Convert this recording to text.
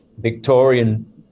Victorian